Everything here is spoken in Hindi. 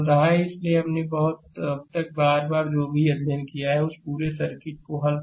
इसलिए हमने अब तक बार बार जो भी अध्ययन किया है उसे पूरे सर्किट को हल करना है